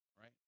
right